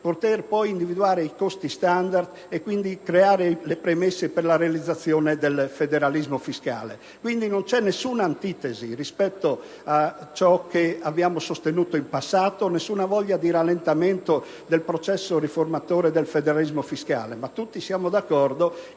poter poi individuare i costi standard e quindi creare le premesse per la realizzazione del federalismo fiscale. Quindi, non c'è alcuna antitesi rispetto a ciò che abbiamo sostenuto in passato, nessuna voglia di rallentamento del processo riformatore del federalismo fiscale, ma tutti siamo d'accordo